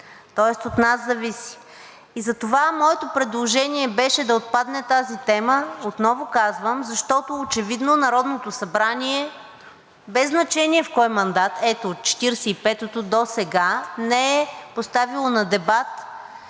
Тоест от нас зависи. И затова моето предложение беше да отпадне тази тема, отново казвам, защото очевидно Народното събрание, без значение в кой мандат – ето, от Четиридесет и петото досега, не е поставило на дебат